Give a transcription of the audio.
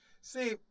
See